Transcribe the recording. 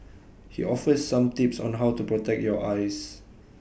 he offers some tips on how to protect your eyes